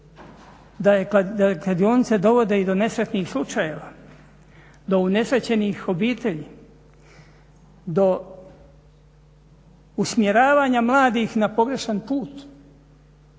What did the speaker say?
da kladionice dovode i do nesretnih slučajeva, do unesrećenih obitelji, do usmjeravanja mladih na pogrešan put.